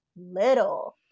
little